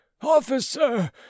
Officer